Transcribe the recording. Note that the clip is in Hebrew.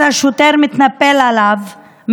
אז השוטר מתנפל עליו,